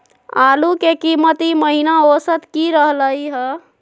आलू के कीमत ई महिना औसत की रहलई ह?